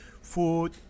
food